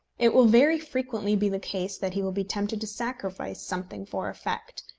it will very frequently be the case that he will be tempted to sacrifice something for effect,